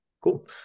Cool